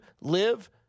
live